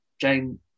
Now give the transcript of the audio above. Jane